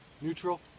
neutral